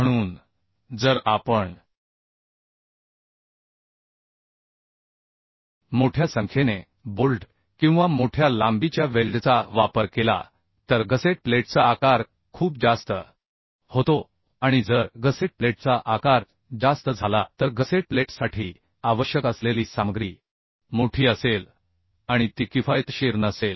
म्हणून जर आपण मोठ्या संख्येने बोल्ट किंवा मोठ्या लांबीच्या वेल्डचा वापर केला तर गसेट प्लेटचा आकार खूप जास्त होतो आणि जर गसेट प्लेटचा आकार जास्त झाला तर गसेट प्लेटसाठी आवश्यक असलेली सामग्री मोठी असेल आणि ती किफायतशीर नसेल